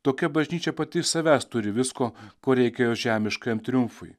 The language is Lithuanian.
tokia bažnyčia pati iš savęs turi visko ko reikėjo žemiškajam triumfui